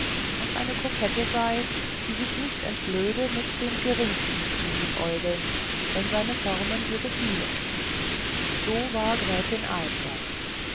und eine kokette sei die sich nicht entblöde mit dem geringsten zu liebäugeln wenn seine formen ihr gefielen so war gräfin aarstein